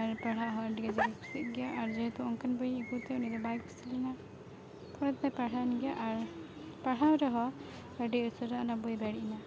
ᱟᱨ ᱯᱟᱲᱦᱟᱜ ᱦᱚᱸ ᱟᱹᱰᱤ ᱠᱟᱡᱟᱠᱮ ᱠᱩᱥᱤᱜ ᱜᱮᱭᱟ ᱟᱨ ᱡᱮᱦᱮᱛᱩ ᱚᱱᱠᱟᱱ ᱵᱳᱭᱤᱧ ᱟᱹᱜᱩᱣᱟᱫᱮᱭᱟ ᱩᱱᱤᱜᱮ ᱵᱟᱭ ᱠᱩᱥᱤ ᱞᱮᱱᱟ ᱯᱚᱨᱮᱛᱮᱫᱚᱭ ᱯᱟᱲᱦᱟᱣᱮᱱ ᱜᱮᱭᱟ ᱟᱨ ᱯᱟᱲᱦᱟᱣ ᱨᱮᱦᱚᱸ ᱟᱹᱰᱤ ᱩᱥᱟᱹᱨᱟ ᱚᱱᱟ ᱵᱳᱭ ᱵᱟᱹᱲᱤᱡ ᱮᱱᱟ